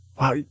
Wow